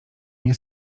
nie